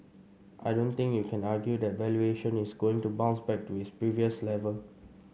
I don't think you can argue that valuation is going to bounce back to its previous level